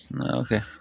Okay